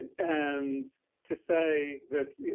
and to say that, you